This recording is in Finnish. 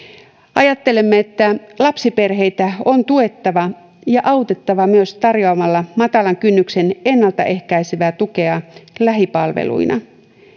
ajattelemme että lapsiperheitä on tuettava ja autettava myös tarjoamalla matalan kynnyksen ennaltaehkäisevää tukea lähipalveluina